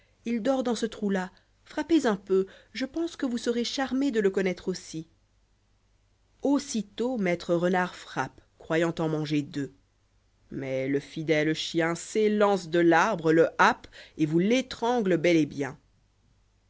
q dort dans ce trou là frappez un peu je pense que vous serez charmé de le connoître aussi aussitôt maître renard frappe croyant en manger deux mais le fidèle chien s'élance de l'arbre le happe et vous l'étrangle bel et bien